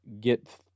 get